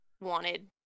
wanted